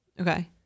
okay